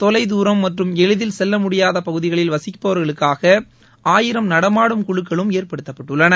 தொலைதுரம் மற்றும் எளிதில் செல்ல முடியாத பகுதிகளில் வசிப்பவர்களுக்காக ஆயிரம் நடமாடும் குழுக்களும் ஏற்படுத்தப்பட்டுள்ளன